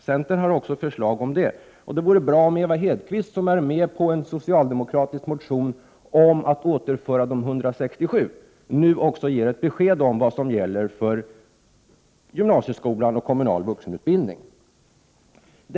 Centern har också förslag om detta. Det vore bra om Ewa Hedkvist Petersen, som är med på en socialdemokratisk motion om att återföra de 167 milj.kr., nu också ger ett besked om vad som gäller för gymnasieskolan och kommunal vuxenutbildning.